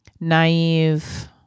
naive